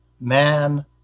man